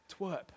twerp